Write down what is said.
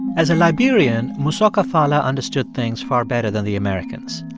as a liberian, mosoka fallah understood things far better than the americans.